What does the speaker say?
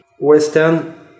Western